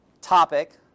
topic